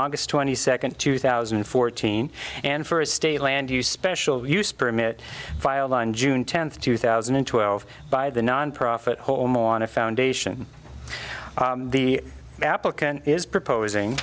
august twenty second two thousand and fourteen and for a state land use special use permit filed on june tenth two thousand and twelve by the nonprofit holme on a foundation the applicant is proposing